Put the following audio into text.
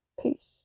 Peace